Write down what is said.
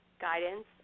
guidance